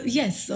yes